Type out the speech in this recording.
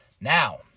Now